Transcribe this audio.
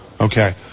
Okay